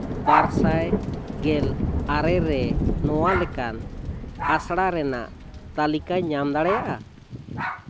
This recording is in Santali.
ᱵᱟᱨ ᱥᱟᱭ ᱜᱮᱞ ᱟᱨᱮ ᱨᱮ ᱱᱚᱣᱟ ᱞᱮᱠᱟᱱ ᱟᱥᱲᱟ ᱨᱮᱱᱟᱜ ᱛᱟᱞᱤᱠᱟᱧ ᱚᱞ ᱫᱟᱲᱮᱭᱟᱜᱼᱟ